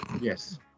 Yes